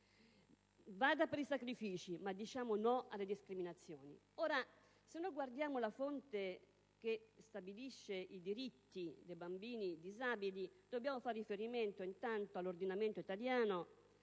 Vada per i sacrifici ma diciamo no alla discriminazione».